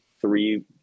three